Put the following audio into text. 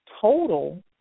total